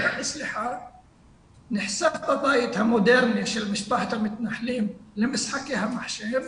נחשף לבית המודרני של משפחת המתנחלים ולמשחקי המחשב,